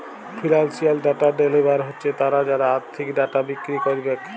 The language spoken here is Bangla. ফিলালসিয়াল ডাটা ভেলডার হছে তারা যারা আথ্থিক ডাটা বিক্কিরি ক্যারবেক